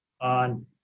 on